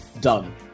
done